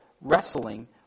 wrestling